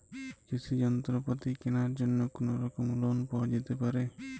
কৃষিযন্ত্রপাতি কেনার জন্য কোনোরকম লোন পাওয়া যেতে পারে?